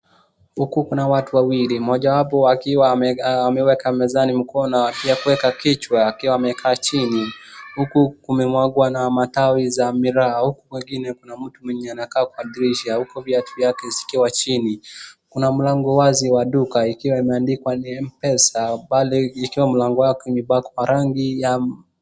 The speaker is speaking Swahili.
Huku kuna watu wawili, mmoja wapo akiwa ame, ameweka mezani mikono aki, ya kuweka kichwa akiwa amekaa chini. Huku kumemwaga na matawi za miraa, huku kwingine kuna mtu amekaa kwa dirisha, huku viatu zake zikiwa chini. Kuna mlango wazi wa duka, ikiwa imeandikwa ni Mpesa pale ikiwa mlango wake imepakwa rangi ya ma..